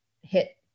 hit